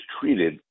treated